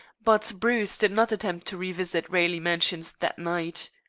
but bruce did not attempt to revisit raleigh mansions that night.